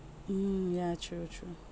mm ya true true